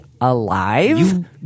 alive